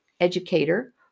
educator